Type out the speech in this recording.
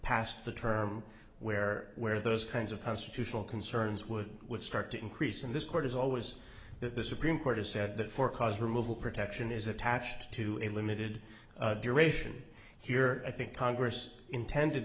past the term where where those kinds of constitutional concerns would would start to increase in this court is always that the supreme court has said that for cause removal protection is attached to a limited duration here i think congress intended